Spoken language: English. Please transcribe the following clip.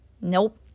Nope